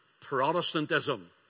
Protestantism